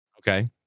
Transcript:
okay